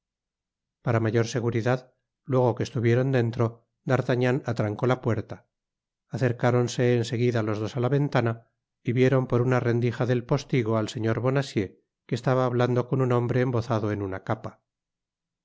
para mayor seguridad luego que estuvieron dentro d'artagnan atrancó l i puerta acercáronse en seguida los dos á la ventana y vieron por una rendija del póstigo al señor bonacieux que estaba hablando con un hombre embozado en una capa